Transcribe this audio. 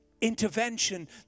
intervention